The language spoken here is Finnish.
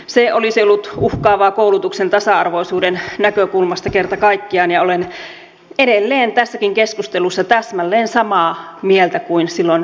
se olisi ollut uhkaavaa koulutuksen tasa arvoisuuden näkökulmasta kerta kaikkiaan ja olen edelleen tässäkin keskustelussa täsmälleen samaa mieltä kuin silloin alkuvuodesta